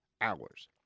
hours